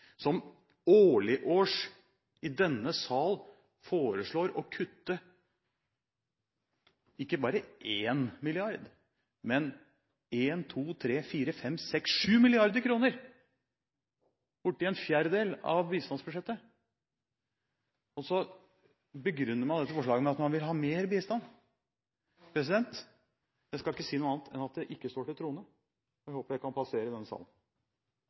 som årlig års i denne sal foreslår å kutte ikke bare én milliard, men en, to, tre, fire, fem, seks, sju mrd. kr – bortimot en fjerdedel av bistandsbudsjettet, og så begrunner man dette forslaget med at man vil ha mer bistand. Jeg skal ikke si noe annet enn at det ikke står til troende. Jeg håper det kan passere i denne salen.